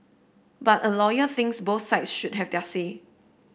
but a lawyer thinks both sides should have their say